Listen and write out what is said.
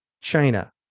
China